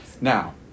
Now